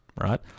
right